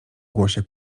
głosie